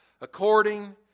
according